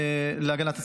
להגנת הצרכן.